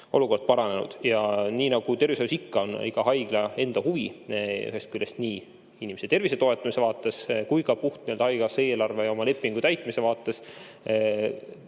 olukord paranenud. Nii nagu tervishoius ikka, on iga haigla enda huvi ühest küljest nii inimese tervise toetamise vaates kui ka puht haigekassa eelarve ja oma lepingu täitmise vaates